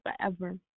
forever